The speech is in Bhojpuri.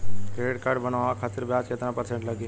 क्रेडिट कार्ड बनवाने खातिर ब्याज कितना परसेंट लगी?